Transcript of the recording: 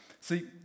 See